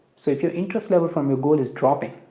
so if your interest level from your goal is dropping,